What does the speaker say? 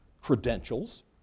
credentials